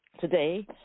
today